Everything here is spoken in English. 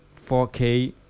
4K